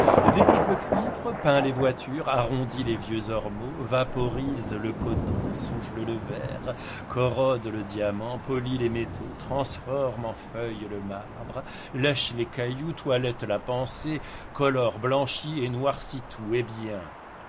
découpe le cuivre peint les voitures arrondit les vieux ormeaux vaporise le coton souffle les tuls corrode le diamant polit les métaux transforme en feuilles le marbre lèche les cailloux toilette la pensée colore blanchit et noircit tout hé bien